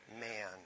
man